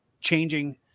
changing